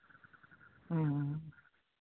ᱚᱸᱻ